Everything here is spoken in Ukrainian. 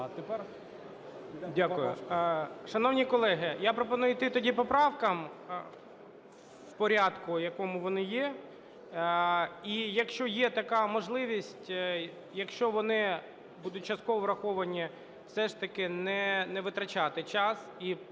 Дякую. Шановні колеги, я пропоную йти тоді по поправках в порядку, в якому вони є. І якщо є така можливість, якщо вони будуть частково враховані, все ж таки не витрачати час